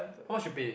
how much you pay